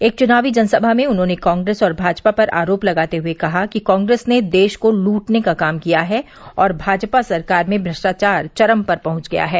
एक चुनावी जनसभा में उन्होंने कांग्रेस और भाजपा पर आरोप लगाते हुए कहा कि कांग्रेस ने देश को लूटने का काम किया है और भाजपा सरकार में भ्रष्टाचार चरम पर पहुंच गया है